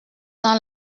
dans